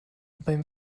beim